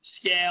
scale